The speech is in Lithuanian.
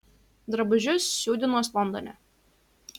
drabužius siūdinuos londone